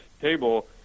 table